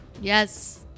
Yes